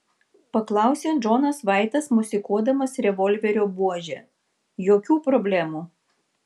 paklausė džonas vaitas mosikuodamas revolverio buože jokių problemų